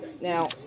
Now